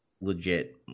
legit